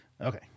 okay